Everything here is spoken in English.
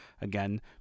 again